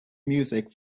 music